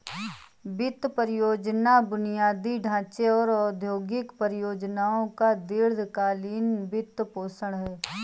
वित्त परियोजना बुनियादी ढांचे और औद्योगिक परियोजनाओं का दीर्घ कालींन वित्तपोषण है